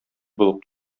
булып